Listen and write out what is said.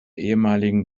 ehemaligen